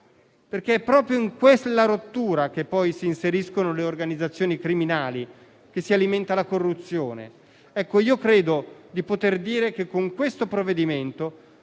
perché è proprio in questa rottura che poi si inseriscono le organizzazioni criminali e che si alimenta la corruzione. Credo di poter dire che con questo provvedimento